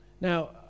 now